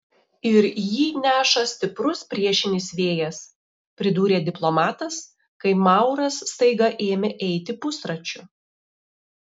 ir jį neša stiprus priešinis vėjas pridūrė diplomatas kai mauras staiga ėmė eiti pusračiu